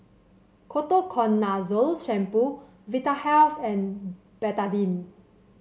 Ketoconazole Shampoo Vitahealth and Betadine